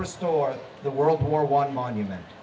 restore the world war one monument